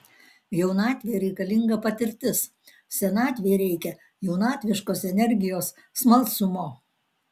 jaunatvei reikalinga patirtis senatvei reikia jaunatviškos energijos smalsumo